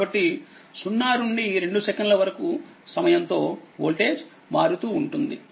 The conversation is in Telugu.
కాబట్టి 0 నుండి 2 సెకన్ల వరకు సమయం తో వోల్టేజ్ మారుతూ ఉంటుంది